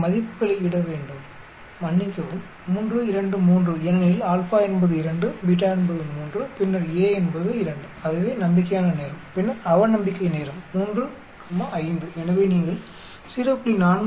எனவே மதிப்புகளை இட வேண்டும் மன்னிக்கவும் 3 2 3 ஏனெனில் α என்பது 2 β என்பது 3 பின்னர் A என்பது 2 அதுவே நம்பிக்கையான நேரம் பின்னர் அவநம்பிக்கை நேரம் 3 5 எனவே நீங்கள் 0